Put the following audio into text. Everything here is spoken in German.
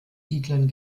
siedlern